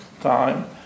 time